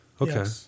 Okay